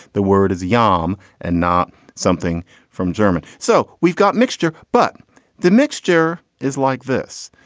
the word is yom and not something from german. so we've got mixture, but the mixture is like this.